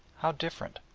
how different!